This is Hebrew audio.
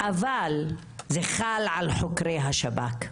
אבל זה חל על חוקרי השב"כ.